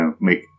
make